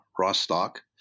Rostock